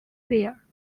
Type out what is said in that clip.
there